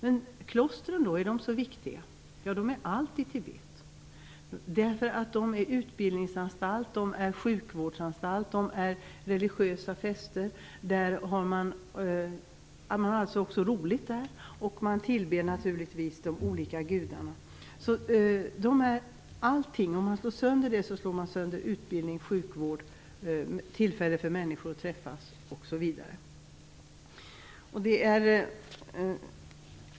Är klostren då så viktiga? Ja, de betyder allt i Tibet. Klostren är nämligen utbildningsanstalter och sjukvårdsanstalter. Man har också religiösa fester där. Människor har alltså roligt där. Naturligtvis tillber man olika gudar. Klostren är alltså allting. Om klostren slås sönder, slås också utbildning, sjukvård, människors möjligheter att träffas osv. sönder.